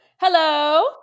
Hello